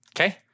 Okay